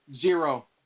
Zero